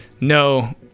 no